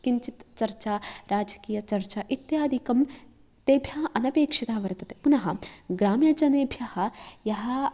किञ्चित् चर्चा राजकीयचर्चा इत्यादिकं तेभ्यः अनपेक्षिता वर्तते पुनः ग्राम्यजनेभ्यः यः